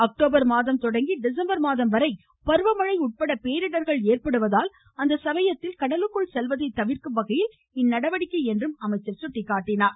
October மாதம் தொடங்கி December மாதம் வரை பருவ மழை உட்பட போிடர்கள் ஏற்படுவதால் அச்சமயத்தில் கடலுக்குள் செல்வதை தவிர்க்கும் வகையில் இந்நடவடிக்கை என்று அவர் தெரிவித்தார்